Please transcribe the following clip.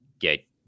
get